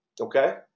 Okay